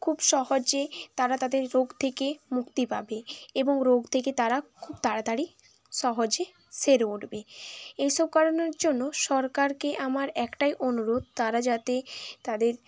খুব সহজে তারা তাদের রোগ থেকে মুক্তি পাবে এবং রোগ থেকে তারা খুব তাড়াতাড়ি সহজে সেরে উঠবে এই সব কারণের জন্য সরকারকে আমার একটাই অনুরোধ তারা যাতে তাদের